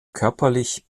körperlich